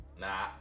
Nah